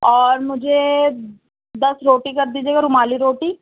اور مجھے دس روٹی کر دیجیے گا رومالی روٹی